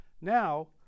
now